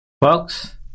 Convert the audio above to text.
folks